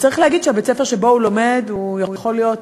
וצריך להגיד שבית-הספר שבו הוא לומד יכול להיות,